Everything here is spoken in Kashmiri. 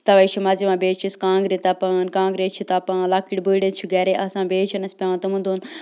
تَوَے چھِ مَزٕ یِوان بیٚیہِ حظ چھِ أسۍ کانٛگرِ تَپان کانٛگرِ حظ چھِ تَپان لۄکٕٹۍ بٔڑۍ حظ چھِ گَرے آسان بیٚیہِ حظ چھَنہٕ اَسہِ پٮ۪وان تِمَن دۄہن